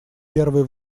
первые